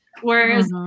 Whereas